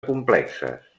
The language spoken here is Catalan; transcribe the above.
complexes